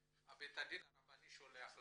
שבית הדין הרבני שולח לכם.